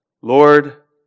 Lord